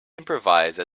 improvise